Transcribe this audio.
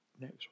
Next